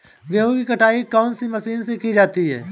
गेहूँ की कटाई कौनसी मशीन से की जाती है?